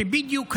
שבדיוק היום,